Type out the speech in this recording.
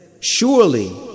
Surely